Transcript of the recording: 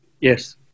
Yes